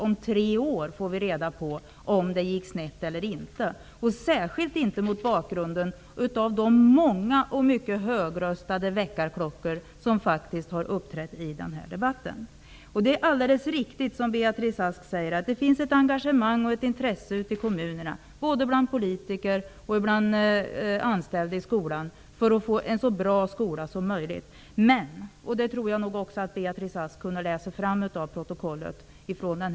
Om tre år får vi reda på om det gick snett eller inte. Det gäller särskilt mot bakgrund av de många och mycket högröstade väckarklockor som har hörts i den här debatten. Det är alldeles riktigt som Beatrice Ask säger att det finns ett engagemang och ett intresse ute kommunerna bland politiker och anställda i skolan för att få en så bra skola som möjligt. Men det finns också en mycket stor oro för vart utvecklingen tar vägen.